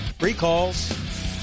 Recalls